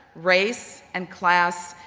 race and class,